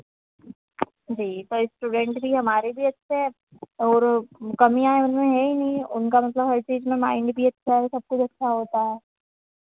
जी पर इस्टूडेंट भी हमारे भी अच्छे हैं और कमियाँ उनमें है ही नहीं उनका हर चीज़ में माइन्ड भी अच्छा है सब कुछ अच्छा होता है